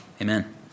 amen